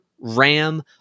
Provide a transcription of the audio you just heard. RAM